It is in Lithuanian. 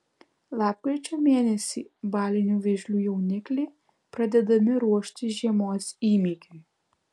lapkričio mėnesį balinių vėžlių jaunikliai pradedami ruošti žiemos įmygiui